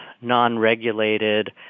non-regulated